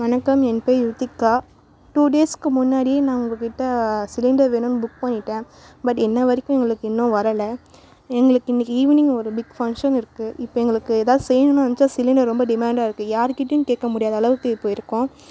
வணக்கம் என் பேர் ருத்திக்கா டூ டேஸுக்கு முன்னாடியே நான் உங்கக்கிட்டடே சிலிண்டர் வேணும்னு புக் பண்ணிவிட்டேன் பட் இன்று வரைக்கும் எங்களுக்கு இன்னும் வரலை எங்களுக்கு இன்னைக்கு ஈவினிங் ஒரு பிக் ஃபங்க்ஷன் இருக்குது இப்போ எங்களுக்கு ஏதாவது செய்யணும்னு நெனைச்சா சிலிண்டர் ரொம்ப டிமாண்டாயிருக்கு யாருகிட்டேயும் கேட்க முடியாத அளவுக்கு இப்போ இருக்கோம்